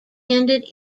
ended